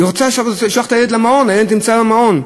היא רוצה לשלוח את הילד למעון, הילד נמצא במעון.